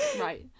right